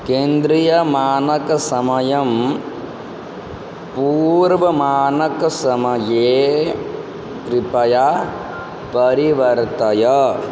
केन्द्रीयमानकसमयं पूर्वमानकसमये कृपया परिवर्तय